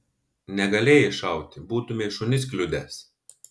negalėjai šauti būtumei šunis kliudęs